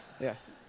Yes